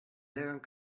lehrgang